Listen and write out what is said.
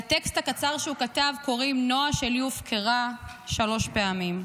לטקסט הקצר שהוא כתב קוראים "נועה שלי הופקרה שלוש פעמים":